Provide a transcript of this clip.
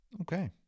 Okay